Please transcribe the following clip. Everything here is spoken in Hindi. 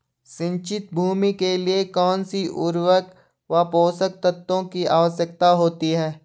सिंचित भूमि के लिए कौन सी उर्वरक व पोषक तत्वों की आवश्यकता होती है?